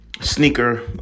sneaker